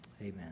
Amen